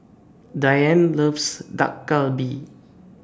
Diann loves Dak Galbi